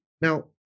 Now